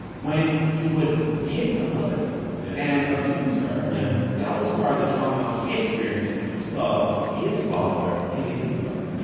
when he would hit my mother yeah and abuse her, yeah that was part of the trauma he experienced when he saw his father hitting his mother.